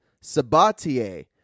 Sabatier